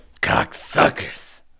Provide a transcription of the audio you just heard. Cocksuckers